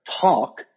talk